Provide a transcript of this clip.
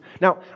Now